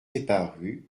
eparus